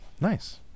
Nice